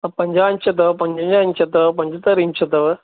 पंजाहु इंच अथव पंजवंजाहु इंच अथव पंजहतरि इंच अथव